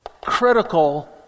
critical